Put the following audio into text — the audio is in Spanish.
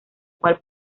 cual